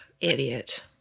Idiot